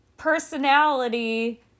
personality